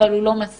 אבל הוא לא מספיק.